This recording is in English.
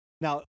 now